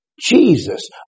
Jesus